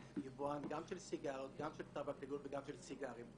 יבואן של סיגריות, טבק וסיגרים.